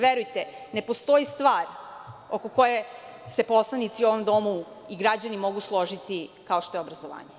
Verujte ne postoji stvar oko koje se poslanici u ovom domu i građani mogu složiti, kao što je obrazovanje.